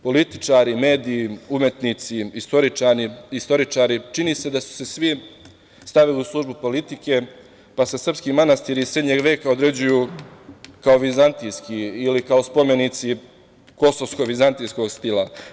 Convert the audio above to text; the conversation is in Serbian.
Političari, mediji, umetnici, istoričari, čini se da su se svi stavili u službu politike, pa se srpski manastiri iz srednjeg veka određuju kao vizantijski ili kao spomenici kosovsko-vizantijskog stila.